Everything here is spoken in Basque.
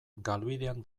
galbidean